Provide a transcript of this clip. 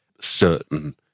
certain